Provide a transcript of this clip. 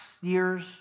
years